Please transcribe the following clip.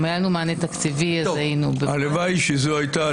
אם היה לנו מענה תקציבי אז היינו --- הלוואי שזו הייתה,